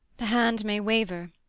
the hand may waver,